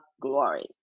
glory